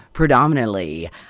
Predominantly